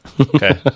Okay